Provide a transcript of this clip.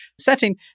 setting